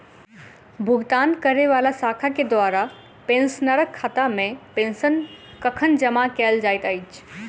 भुगतान करै वला शाखा केँ द्वारा पेंशनरक खातामे पेंशन कखन जमा कैल जाइत अछि